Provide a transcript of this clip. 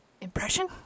impression